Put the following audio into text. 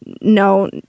no